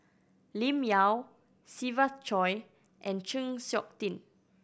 Lim Yau Siva Choy and Chng Seok Tin